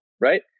right